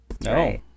No